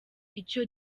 icyo